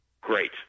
Great